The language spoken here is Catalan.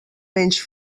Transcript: menys